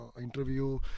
interview